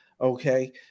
Okay